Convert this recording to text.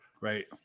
Right